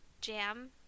jam